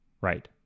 Right